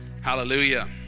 hallelujah